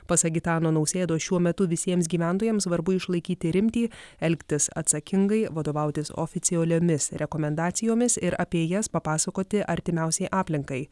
pasak gitano nausėdos šiuo metu visiems gyventojams svarbu išlaikyti rimtį elgtis atsakingai vadovautis oficialiomis rekomendacijomis ir apie jas papasakoti artimiausiai aplinkai